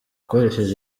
ukoresheje